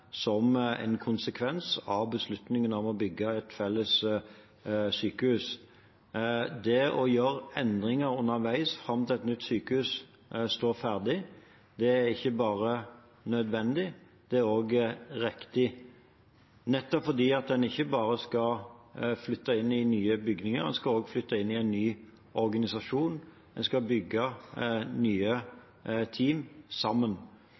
som en konsekvens av beslutningen om å bygge et felles sykehus. Det å gjøre endringer underveis, fram til et nytt sykehus står ferdig, er ikke bare nødvendig, det er også riktig, nettopp fordi en ikke bare skal flytte inn i nye bygninger. En skal også flytte inn i en ny organisasjon, en skal bygge nye team sammen.